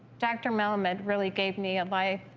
dr. melamed really gave me a life,